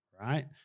right